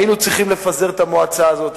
היינו צריכים לפזר את המועצה הזאת,